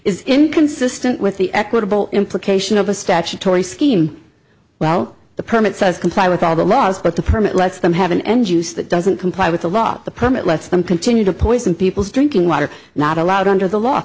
is inconsistent with the equitable implication of a statutory scheme while the permit says comply with all the laws but the permit lets them have an end use that doesn't comply with a lot the permit lets them continue to poison people's drinking water not allowed under the law